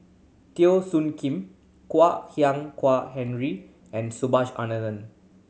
Teo Soon Kim Kwak Hian kuah Henry and Subhas Anandan